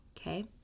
Okay